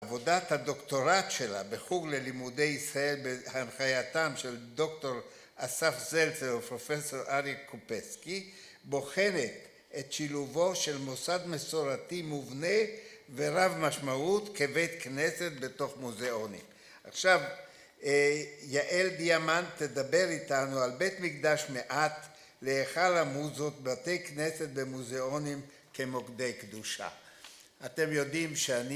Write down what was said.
עבודת הדוקטורט שלה בחוג ללימודי ישראל בהנחייתם של דוקטור אסף זלצר ופרופסור ארי קופסקי בוחנת את שילובו של מוסד מסורתי מובנה ורב משמעות כבית כנסת בתוך מוזיאונים. עכשיו יעל דיאמנט תדבר איתנו על "בית מקדש מעט בהיכל המוזות: בתי כנסת במוזיאונים כמוקדי קדושה" אתם יודעים שאני